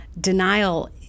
denial